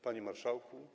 Panie Marszałku!